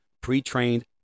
pre-trained